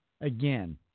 Again